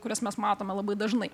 kurias mes matome labai dažnai